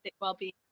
well-being